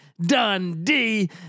dundee